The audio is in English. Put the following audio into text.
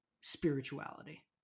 spirituality